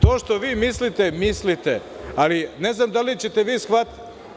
To što vi mislite, mislite, ali ne znam da li ćete vi shvatite.